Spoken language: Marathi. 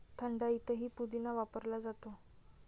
थंडाईतही पुदिना वापरला जातो